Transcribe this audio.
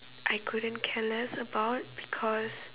I couldn't care less about because